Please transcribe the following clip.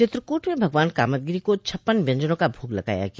चित्रकूट में भगवान कामदगिरि को छप्पन व्यंजनों का भोग लगाया गया